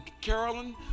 Carolyn